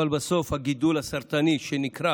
אבל בסוף הגידול הסרטני שנקרא